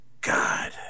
God